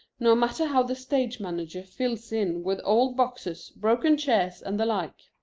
no matter how the stage manager fills in with old boxes, broken chairs, and the like.